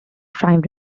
crime